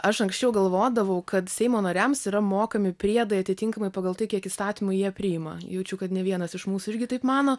aš anksčiau galvodavau kad seimo nariams yra mokami priedai atitinkamai pagal tai kiek įstatymų jie priima jaučiu kad ne vienas iš mūsų irgi taip mano